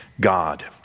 God